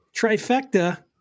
Trifecta